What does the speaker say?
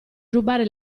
rubare